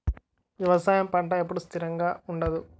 వ్యవసాయం పంట ఎప్పుడు స్థిరంగా ఉండదు